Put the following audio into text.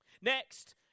Next